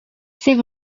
c’est